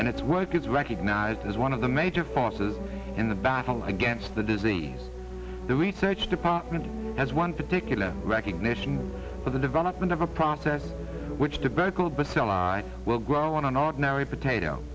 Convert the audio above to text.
and its work is recognized as one of the major forces in the battle against the disease the research department has one particular recognition for the development of a process which tobacco but still i will grow on an ordinary potato